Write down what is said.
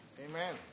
Amen